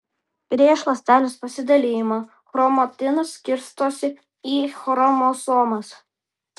prieš ląstelės pasidalijimą chromatinas skirstosi į chromosomas